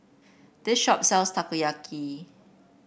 this shop sells Takoyaki